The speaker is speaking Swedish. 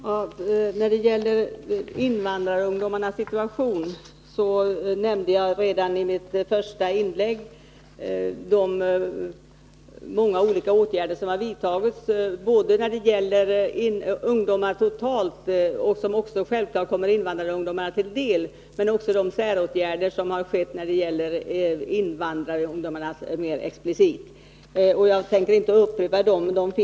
Herr talman! Beträffande invandrarungdomarnas situation nämnde jag redan i mitt första inlägg de många olika åtgärder som vidtagits — både åtgärder när det gäller ungdomarna totalt, åtgärder som självfallet också kommer invandrarungdomarna till del, och säråtgärder när det gäller invandrarungdomarna mer exklusivt. Jag tänker inte upprepa vilka dessa åtgärder är.